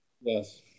Yes